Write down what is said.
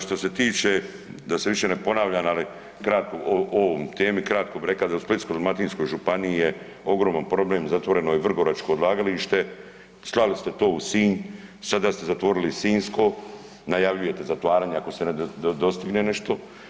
Što se tiče, da se više ne ponavljam ali kratko o ovom temi kratko bi reka da u Splitsko-dalmatinskoj županiji je ogroman problem, zatvoreno je vrgoračko odlagalište, slali ste to u Sinj, sada ste zatvorili i sinjsko, najavljujete zatvaranja ako se ne dostigne nešto.